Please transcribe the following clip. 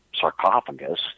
sarcophagus